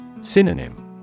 Synonym